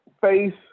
face